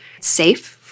safe